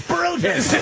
Brutus